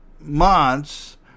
months